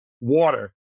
water